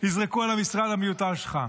יזרקו על המשרד המיותר שלך?